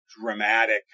dramatic